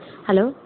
hello